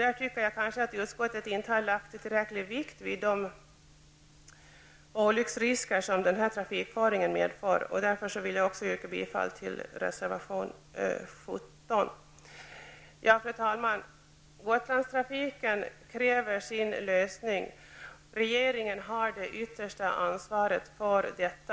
Jag tycker inte att utskottet har lagt tillräcklig vikt vid de olycksrisker som den trafikföringen medför. Därför vill jag yrka bifall till reservation 17. Fru talman! Gotlandstrafiken kräver sin lösning. Regeringen har det yttersta ansvaret för detta.